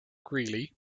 greeley